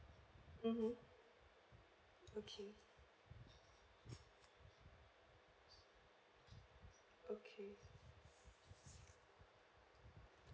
mmhmm okay okay